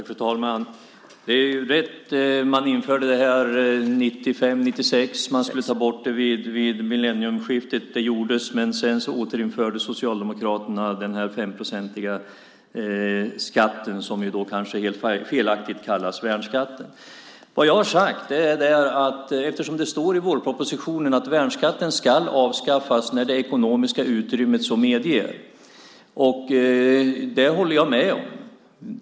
Fru talman! Det är rätt att man införde det här 1995/96. Man skulle ta bort det vid millennieskiftet. Det gjordes, men sedan återinförde Socialdemokraterna den 5-procentiga skatten, som felaktigt kallas värnskatten. Vad jag har sagt är att det står i vårpropositionen att värnskatten ska avskaffas när det ekonomiska utrymmet så medger. Det håller jag med om.